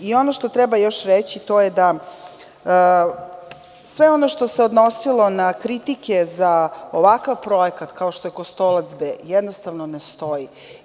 Ono što treba još reći, to je da sve ono što se odnosilo na kritike za ovakav projekat kao što je „Kostolac B“, jednostavno ne stoji.